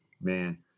Man